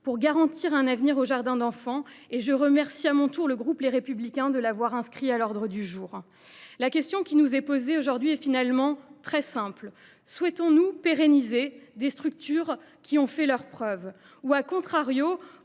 de garantir un avenir aux jardins d’enfants ; je remercie donc à mon tour le groupe Les Républicains de l’avoir inscrit à l’ordre du jour de notre assemblée. La question qui nous est posée aujourd’hui est finalement très simple : souhaitons nous pérenniser des structures qui ont fait leurs preuves ? On pourrait